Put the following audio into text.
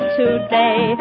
today